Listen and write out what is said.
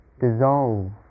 dissolve